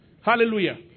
Hallelujah